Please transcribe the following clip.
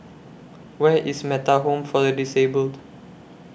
Where IS Metta Home For The Disabled